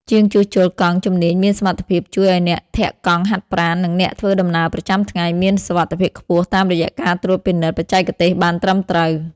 ជាងជួសជុលកង់ជំនាញមានសមត្ថភាពជួយឱ្យអ្នកធាក់កង់ហាត់ប្រាណ និងអ្នកធ្វើដំណើរប្រចាំថ្ងៃ មានសុវត្ថិភាពខ្ពស់តាមរយៈការត្រួតពិនិត្យបច្ចេកទេសបានត្រឹមត្រូវ។